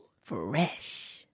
Fresh